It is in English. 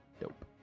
dope